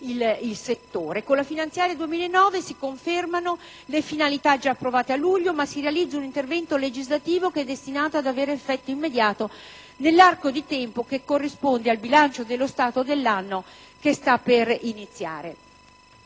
Con la finanziaria 2009 si confermano le finalità già approvate a luglio e si realizza un intervento legislativo che è destinato ad avere effetto immediato nell'arco di tempo che corrisponde al bilancio dello Stato dell'anno che sta per iniziare.